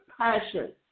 passion